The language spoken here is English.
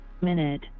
minute